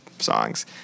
songs